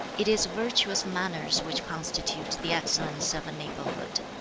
it is virtuous manners which constitute the excellence of a neighborhood.